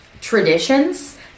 traditions